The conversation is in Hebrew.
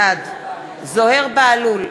בעד זוהיר בהלול,